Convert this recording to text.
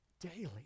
daily